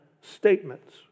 statements